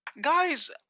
guys